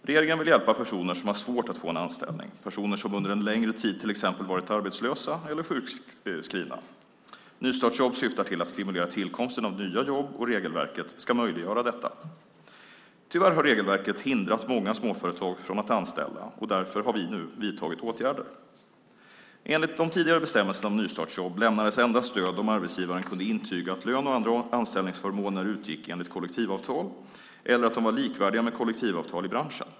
Regeringen vill hjälpa personer som har svårt att få en anställning, personer som under en längre tid till exempel varit arbetslösa eller sjukskrivna. Nystartsjobb syftar till att stimulera tillkomsten av nya jobb, och regelverket ska möjliggöra detta. Tyvärr har regelverket hindrat många småföretag från att anställa. Därför har vi nu vidtagit åtgärder. Enligt de tidigare bestämmelserna om nystartsjobb lämnades endast stöd om arbetsgivaren kunde intyga att lön och andra anställningsförmåner utgick enligt kollektivavtal eller att de var likvärdiga med kollektivavtal i branschen.